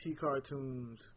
cartoons